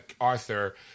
Arthur